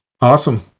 awesome